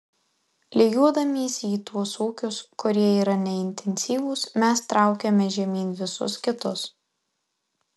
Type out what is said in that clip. lygiuodamiesi į tuos ūkius kurie yra neintensyvūs mes traukiame žemyn visus kitus